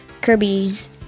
Kirby's